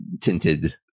tinted